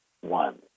One